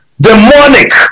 demonic